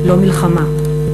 לא מלחמה.